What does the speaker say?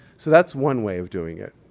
so that's one way of doing it.